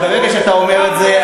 ברגע שאתה אומר את זה,